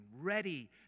ready